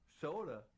Soda